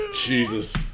Jesus